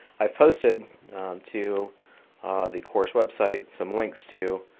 i've posted to the course website some links to